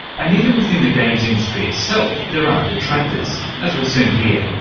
and even within the games industry itself, there are detractors as we'll soon hear.